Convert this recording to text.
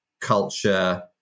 culture